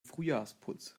frühjahrsputz